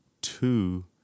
two